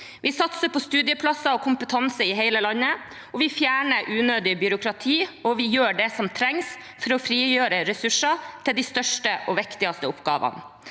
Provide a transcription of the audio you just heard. Vi satser på studieplasser og kompetanse i hele landet, vi fjerner unødig byråkrati, og vi gjør det som trengs for å frigjøre ressurser til de største og viktigste oppgavene.